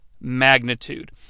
magnitude